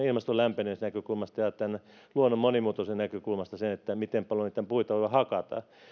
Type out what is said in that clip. ilmaston lämpenemisen näkökulmasta ja luonnon monimuotoisuuden näkökulmasta miten paljon puita voi hakata